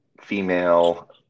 female